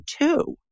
two